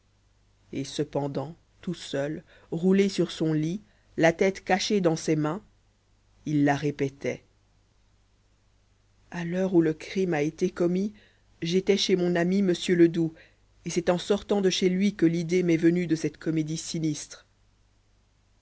et cependant tout seul roulé sur son lit la tête cachée dans ses mains il la répétait à l'heure où le crime a été commis j'étais chez mon ami m ledoux et c'est en sortant de chez lui que l'idée m'est venue de cette comédie sinistre